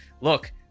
look